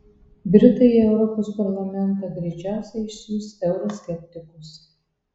britai į europos parlamentą greičiausiai išsiųs euroskeptikus